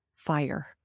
fire